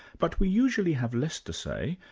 but we usually have less to say,